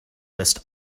list